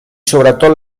sobretot